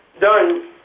done